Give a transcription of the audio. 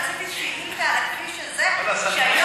והגשתי שאילתה על הכביש הזה שהיום,